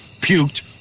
puked